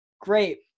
great